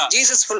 Jesus